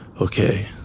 okay